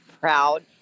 proud